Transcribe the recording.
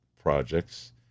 projects